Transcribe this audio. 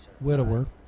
Widower